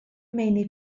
meini